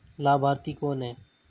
लाभार्थी कौन है?